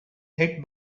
hit